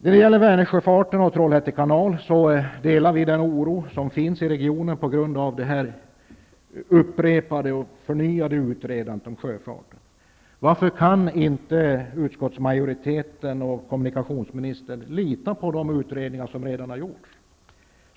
När det gäller Vänersjöfarten och Trollhätte kanal delar vi i vänsterpartiet den oro som finns i regionen på grund av det förnyade utredandet. Kan inte utskottsmajoriteten och kommunikationsministern lita på de utredningar som redan har gjorts?